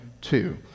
two